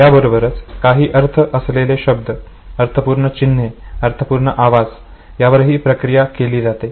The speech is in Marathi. याबरोबरच काही अर्थ असलेले शब्दअर्थपुर्ण चिन्हे अर्थपुर्ण आवाज यावरही प्रक्रिया केली जाते